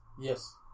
Yes